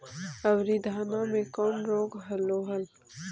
अबरि धाना मे कौन रोग हलो हल?